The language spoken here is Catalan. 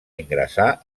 ingressar